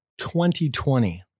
2020